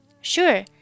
Sure